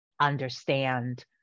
understand